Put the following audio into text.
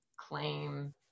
claim